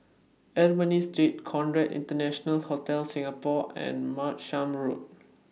Ernani Street Conrad International Hotel Singapore and Martlesham Road